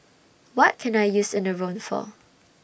What Can I use Enervon For